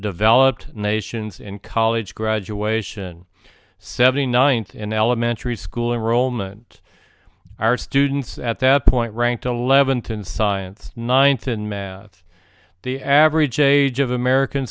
developed nations in college graduation seventy ninth in elementary school enrollment our students at that point ranked eleventh in science ninth in math the average age of american